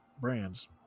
brands